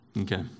Okay